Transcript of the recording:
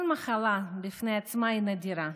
כל מחלה בפני עצמה היא נדירה.